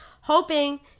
hoping